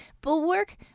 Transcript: Bulwark